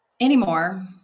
anymore